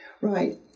Right